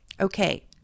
Okay